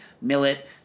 millet